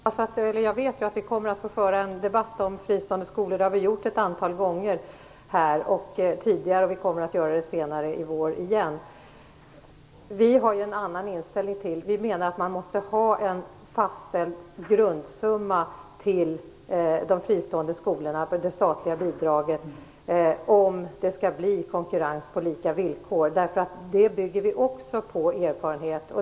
Fru talman! Jag vet att vi kommer att få föra en debatt om fristående skolor. Det har vi gjort ett antal gånger redan, och vi kommer att få göra det igen senare i vår. Kristdemokraterna har en annan inställning i den här frågan. Vi menar att det måste finnas en fastställd grundsumma för det statliga bidraget till de fristående skolorna om det skall bli konkurrens på lika villkor. Vi bygger också vårt ställningstagande på erfarenhet.